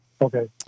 Okay